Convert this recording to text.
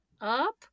up